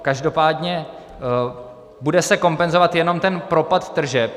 Každopádně se bude kompenzovat jenom ten propad tržeb.